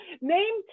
name